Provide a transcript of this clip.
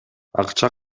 акча